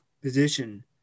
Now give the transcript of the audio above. position